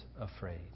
afraid